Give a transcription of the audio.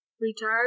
retired